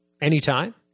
anytime